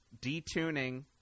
detuning